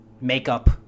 makeup